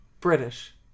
british